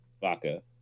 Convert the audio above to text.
Vaca